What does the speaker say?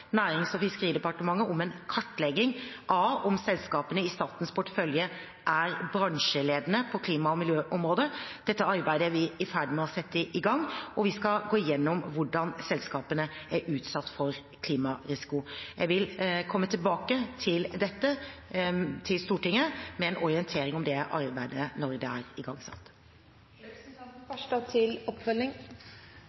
Nærings- og fiskeridepartementet om en kartlegging av om selskapene i statens portefølje er bransjeledende på klima- og miljøområdet. Dette arbeidet er vi i ferd med å sette i gang, og vi skal også gå gjennom hvordan selskapene er utsatt for klimarisiko. Jeg vil komme tilbake til Stortinget med en orientering om dette arbeidet når det er igangsatt.